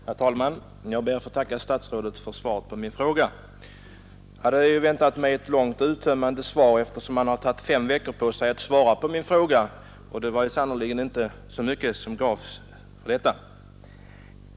Herr talman! Jag ber att få tacka statsrådet Carlsson för svaret på min fråga. Jag hade väntat mig ett långt, uttömmande svar eftersom statsrådet har tagit fem veckor på sig, men det var sannerligen inte mycket som gavs i det svar jag fått.